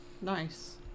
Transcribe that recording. Nice